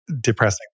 depressing